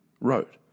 wrote